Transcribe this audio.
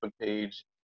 page